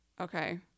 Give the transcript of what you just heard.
Okay